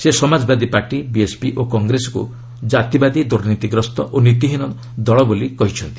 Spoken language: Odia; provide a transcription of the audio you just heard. ସେ ସମାଜବାଦୀ ପାର୍ଟି ବିଏସ୍ପି ଓ କଂଗ୍ରେସକୁ କାତିବାଦୀ ଦୁର୍ନୀତିଗ୍ରସ୍ତ ଓ ନୀତିହୀନ ଦଳ ବର୍ଷ୍ଣନା କରିଛନ୍ତି